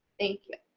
thank you.